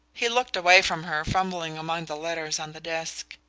he looked away from her, fumbling among the letters on the desk.